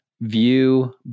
view